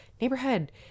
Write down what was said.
neighborhood